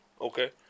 Okay